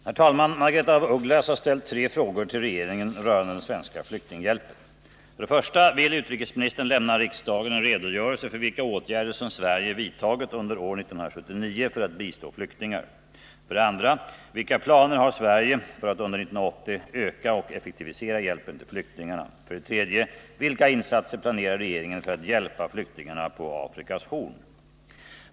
Herr talman! Margaretha af Ugglas har ställt tre frågor till regeringen rörande den svenska flyktinghjälpen: 1. Vill utrikesministern lämna riksdagen en redogörelse för vilka åtgärder som Sverige vidtagit under år 1979 för att bistå flyktingar? 2. Vilka planer har Sverige för att under 1980 öka och effektivisera hjälpen till flyktingarna?